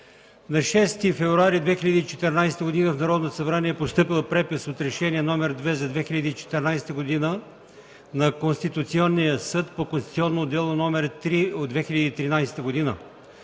На 6 февруари 2014 г. в Народното събрание е постъпил препис от Решение № 2 за 2014 г. на Конституционния съд по Конституционно дело № 3 от 2013 г.